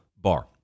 bar